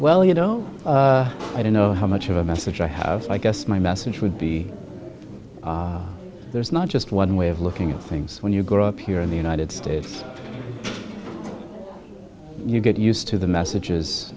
well you know i don't know how much of a message i have so i guess my message would be there's not just one way of looking at things when you grow up here in the united states you get used to the messages